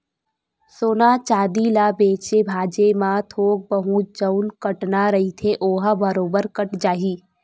सोना चांदी ल बेंचे भांजे म थोक बहुत जउन कटना रहिथे ओहा बरोबर कट जाही